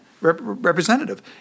representative